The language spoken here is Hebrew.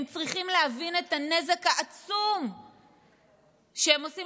הם צריכים להבין את הנזק העצום שהם עושים